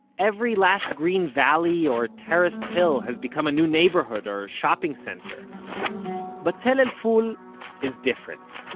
every last green valley or terraced hill has become a new neighborhood or shopping center but tell el-ful is different.